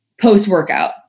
post-workout